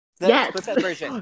Yes